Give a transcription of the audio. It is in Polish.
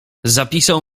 zapisał